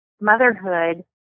motherhood